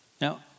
Now